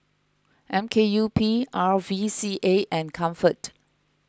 M K U P R V C A and Comfort